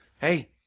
Hey